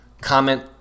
comment